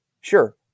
Sure